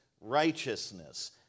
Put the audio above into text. righteousness